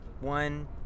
one